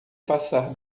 passar